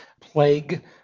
plague